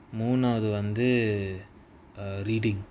மூணாவது வந்து:moonaavathu vanthu err reading